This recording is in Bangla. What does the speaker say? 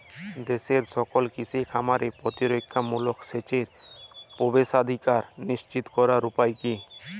দেশের সকল কৃষি খামারে প্রতিরক্ষামূলক সেচের প্রবেশাধিকার নিশ্চিত করার উপায় কি?